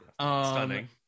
stunning